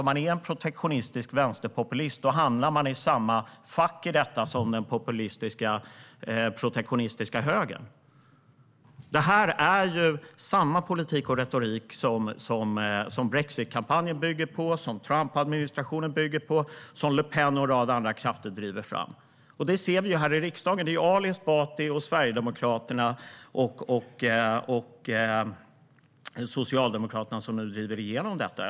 Om man är en protektionistisk vänsterpopulist hamnar man i samma fack i fråga om detta som den populistiska protektionistiska högern. Detta är samma politik och retorik som brexitkampanjen bygger på, som Trumpadministrationen bygger på och som Le Pen och en rad andra krafter driver fram. Detta ser vi här i riksdagen. Det är Ali Esbati, Sverigedemokraterna och Socialdemokraterna som driver igenom detta.